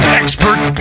expert